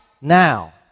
now